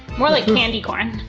more like candy corn.